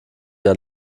der